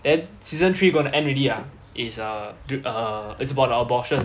then season three going to end already ah is uh do~ uh it's about the abortion